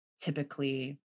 typically